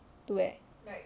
to where